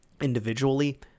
individually